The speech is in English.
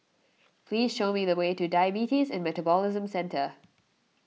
please show me the way to Diabetes and Metabolism Centre